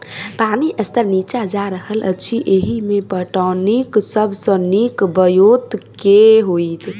पानि स्तर नीचा जा रहल अछि, एहिमे पटौनीक सब सऽ नीक ब्योंत केँ होइत?